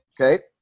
okay